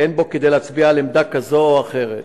ואין בו כדי להצביע על עמדה כזו או אחרת.